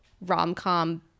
rom-com